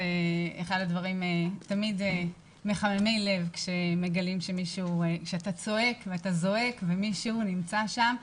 זה אחד הדברים מחממי הלב כשמגלים שאתה צועק ואתה זועק ומישהו נמצא שם,